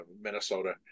Minnesota